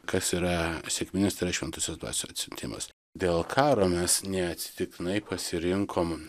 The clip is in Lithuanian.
kas yra sekminės tai yra šventosios dvasios atsiuntimas dėl karo mes neatsitiktinai pasirinkom